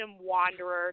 Wanderer